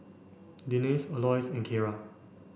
Denice Aloys and Keira